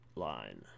line